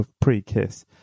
pre-kiss